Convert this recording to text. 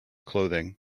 clothing